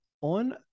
on